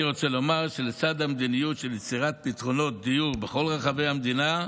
אני רוצה לומר שלצד המדיניות של יצירת פתרונות דיור בכל רחבי המדינה,